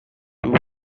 two